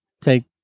take